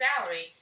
salary